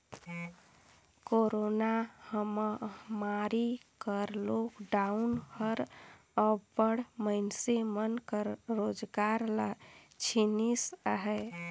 corona महमारी कर lockdown हर अब्बड़ मइनसे मन कर रोजगार ल छीनिस अहे